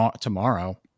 tomorrow